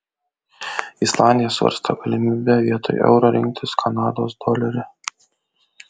islandija svarsto galimybę vietoj euro rinktis kanados dolerį